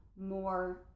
more